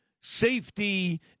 safety